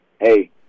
hey